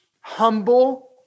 humble